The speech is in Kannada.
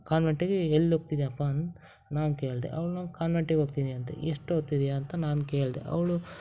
ಕಾನ್ವೆಂಟ್ಗೆ ಎಲ್ಲೋಗ್ತಿದ್ದೀಯಪ್ಪ ಅಂತ ನಾನು ಕೇಳಿದೆ ಅವಳು ಕಾನ್ವೆಂಟಿಗೆ ಹೋಗ್ತೀನಿ ಅಂತ ಎಷ್ಟೋತ್ತಿದ್ದೀಯ ಅಂತ ನಾನು ಕೇಳಿದೆ ಅವಳು